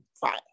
fine